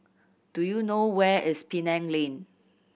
do you know where is Penang Lane